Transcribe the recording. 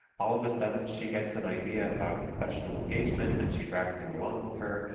all of a sudden she gets an idea about a professional engagement and she drags you along with her,